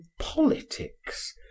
politics